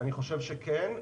אני חושב שכן.